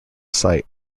site